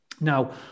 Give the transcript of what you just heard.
Now